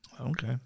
Okay